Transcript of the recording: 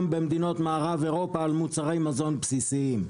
במדינות מערב אירופה על מוצרי מזון בסיסיים,